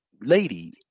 lady